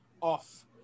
off